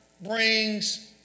brings